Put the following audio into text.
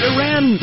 Iran